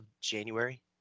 january